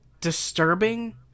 disturbing